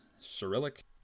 Cyrillic